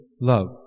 love